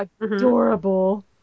adorable